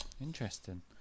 interesting